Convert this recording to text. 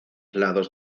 lados